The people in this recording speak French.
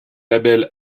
label